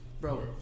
Bro